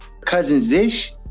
Cousins-ish